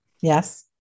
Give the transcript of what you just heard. Yes